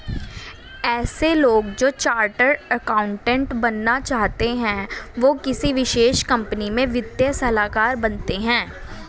ऐसे लोग जो चार्टर्ड अकाउन्टन्ट बनना चाहते है वो किसी विशेष कंपनी में वित्तीय सलाहकार बनते हैं